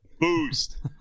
Boost